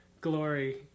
glory